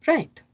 Right